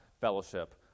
fellowship